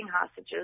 hostages